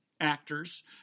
actors